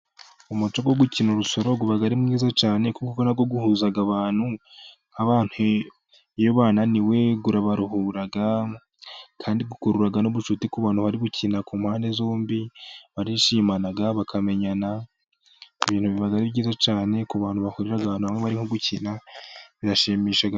Umuco wo gukina urusoro uba ari mwiza cyane, kuko uhuza abantu iyo bananiwe urabaruhura, kandi ukurura n'ubucuti ku bantu bari gukina ku mpande zombi, barishimana bakamenyana, ibintu biba ari byiza cyane, ku bantu bahurira ahantu barimo gukina birashimisha.